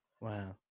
Wow